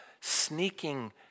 sneaking